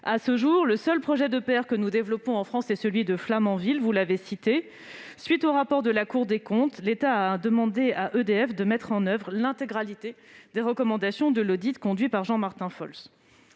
À ce jour, le seul projet d'EPR que nous développons en France est celui de Flamanville. À la suite du rapport de la Cour des comptes, l'État a demandé à EDF de mettre en oeuvre l'intégralité des recommandations de l'audit conduit par Jean-Martin Folz.